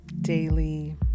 daily